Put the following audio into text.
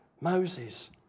Moses